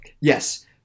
Yes